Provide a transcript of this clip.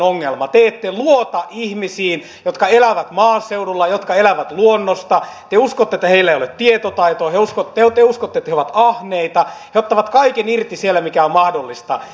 te ette luota ihmisiin jotka elävät maaseudulla ja jotka elävät luonnosta te uskotte että heillä ei ole tietotaitoa te uskotte että he ovat ahneita ja ottavat irti siellä kaiken mikä on mahdollista